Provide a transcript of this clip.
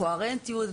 קוהרנטיות.